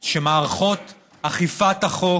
שמערכות אכיפת החוק